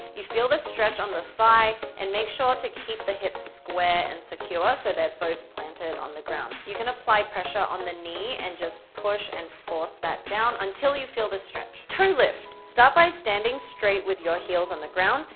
you feel the stretch on the thigh, and make sure to keep the hips square and secure, so they're both planted on the ground, you can apply pressure on the knee, and just push and force that down until you feel the stretch, toe lift, stop by standing straight with your heels on the ground,